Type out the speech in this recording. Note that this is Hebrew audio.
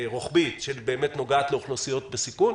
רוחבית שנוגעת לאוכלוסיות בסיכון,